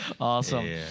Awesome